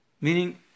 Meaning